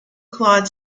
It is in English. claude